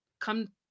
come